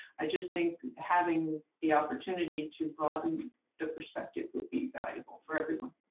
i just think having the opportunity to broaden the perspective would be valuable for everyone.